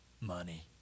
money